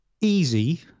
easy